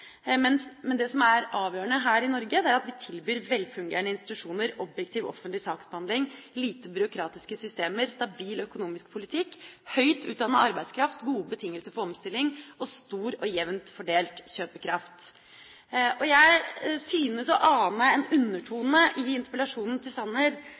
Men det som er avgjørende her i Norge, er at vi tilbyr velfungerende institusjoner, objektiv offentlig saksbehandling, lite byråkratiske systemer, stabil økonomisk politikk, høyt utdannet arbeidskraft, gode betingelser for omstilling og stor og jevnt fordelt kjøpekraft. Jeg synes å ane en undertone i interpellasjonen til